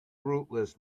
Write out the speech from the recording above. rootless